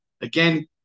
again